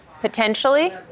potentially